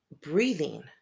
Breathing